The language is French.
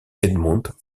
edmund